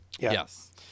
Yes